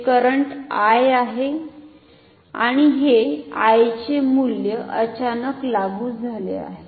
हे current I आहे आणि हे I चे मूल्य अचानक लागू झाले आहे